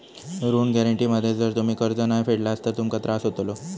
ऋण गॅरेंटी मध्ये जर तुम्ही कर्ज नाय फेडलास तर तुमका त्रास होतलो